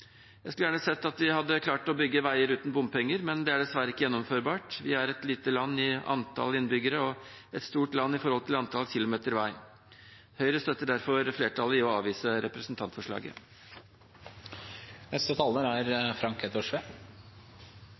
Jeg skulle gjerne sett at vi hadde klart å bygge veier uten bompenger, men det er dessverre ikke gjennomførbart. Vi er et lite land i antall innbyggere og et stort land i forhold til antall kilometer vei. Høyre støtter derfor flertallet i å avvise representantforslaget.